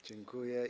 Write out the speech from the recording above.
Dziękuję.